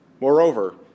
Moreover